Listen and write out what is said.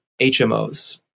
HMOs